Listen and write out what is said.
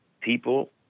people